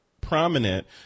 prominent